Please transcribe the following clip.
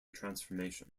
transformation